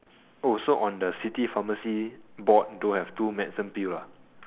oh so on the city pharmacy board don't have two medicine pill ah